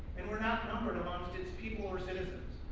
and were not numbered amongst its people or citizens.